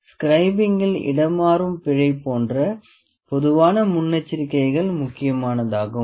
ஸ்க்ரைபிங்கில் இடமாறு பிழை போன்ற பொதுவான முன்னெச்சரிக்கைகள் முக்கியமானதாகும்